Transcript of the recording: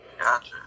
Gotcha